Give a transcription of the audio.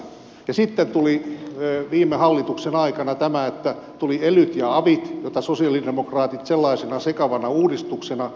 ja sitten tulivat viime hallituksen aikana elyt ja avit joita sosialidemokraatit sellaisena sekavana uudistuksena vastustivat